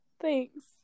thanks